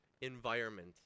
environment